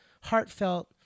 heartfelt